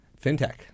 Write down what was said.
FinTech